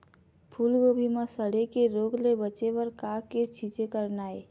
फूलगोभी म सड़े के रोग ले बचे बर का के छींचे करना ये?